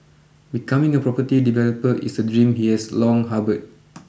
becoming a property developer is a dream he has long harboured